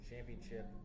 championship